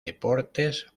deportes